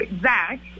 Zach